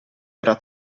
era